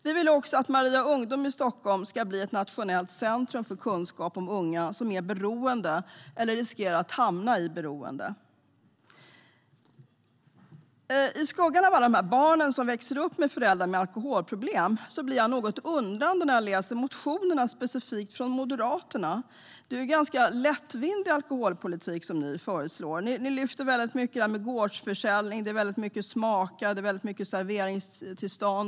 Vi vill också att Maria Ungdom i Stockholm ska bli ett nationellt centrum för kunskap om unga som är beroende eller som riskerar att hamna i beroende. I skuggan av alla de barn som växer upp med föräldrar med alkoholproblem blir jag lite undrande när jag läser motionerna specifikt från Moderaterna. Det är en ganska lättvindig alkoholpolitik som de föreslår. De lyfter ofta fram gårdsförsäljning, och det handlar mycket om att smaka och om serveringstillstånd.